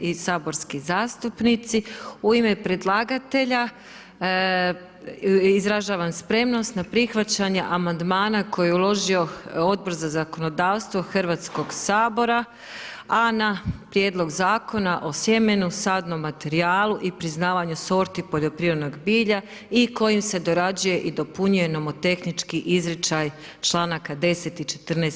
i saborski zastupnici, u ime predlagatelja izražavam spremnost na prihvaćanje Amandmana koji je uložio Odbor za zakonodavstvo HS-a, a na prijedlog Zakona o sjemenu, sadnom materijalu i priznavanju sorti poljoprivrednog bilja i kojim se dorađuje i dopunjuje imamo tehnički izričaj čl. 10 i čl. 14.